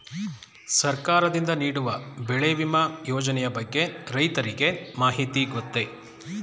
ಸರ್ಕಾರದಿಂದ ನೀಡುವ ಬೆಳೆ ವಿಮಾ ಯೋಜನೆಯ ಬಗ್ಗೆ ರೈತರಿಗೆ ಮಾಹಿತಿ ಗೊತ್ತೇ?